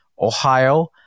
Ohio